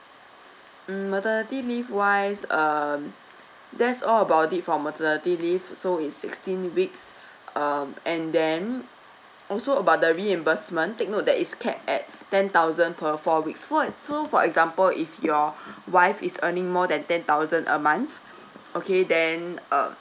mm maternity leave wise um there's all about it for maternity leave so it's sixteen weeks um and then also about the reimbursement take note that is cap at ten thousand per four weeks for is so for example if your wife is earning more than ten thousand a month okay then uh